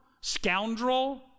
scoundrel